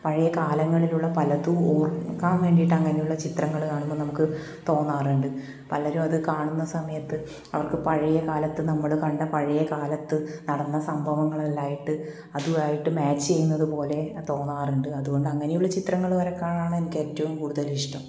പഴയകാലങ്ങളിലുള്ള പലതും ഓർക്കാൻ വേണ്ടിട്ട് അങ്ങനെയുള്ള ചിത്രങ്ങൾ കാണുമ്പോൾ നമുക്ക് തോന്നാറുണ്ട് പലരും അത് കാണുന്ന സമയത്ത് അവർക്ക് പഴയകാലത്ത് നമ്മൾ കണ്ട പഴയ കാലത്ത് നടന്ന സംഭവങ്ങളിലായിട്ട് അതു ആയിട്ട് മാച്ച് ചെയ്യുന്നതുപോലെ തോന്നാറുണ്ട് അതുകൊണ്ട് അങ്ങനെയുള്ള ചിത്രങ്ങൾ വരയ്ക്കാനാണ് എനിക്ക് ഏറ്റവും കൂടുതലിഷ്ട്ടം